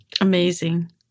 Amazing